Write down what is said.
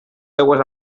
seues